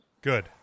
Good